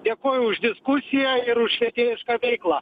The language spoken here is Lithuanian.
dėkoju už diskusiją ir už švietėjišką veiklą